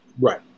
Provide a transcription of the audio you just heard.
Right